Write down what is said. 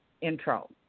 intro